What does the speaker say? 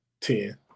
Ten